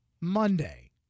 Monday